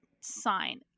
sign